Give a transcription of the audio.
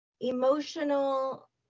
emotional